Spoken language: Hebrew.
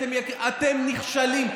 אתם נכשלים.